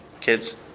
Kids